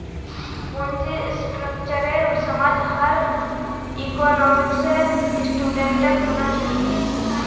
पूंजी स्ट्रक्चरेर समझ हर इकोनॉमिक्सेर स्टूडेंटक होना चाहिए